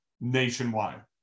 nationwide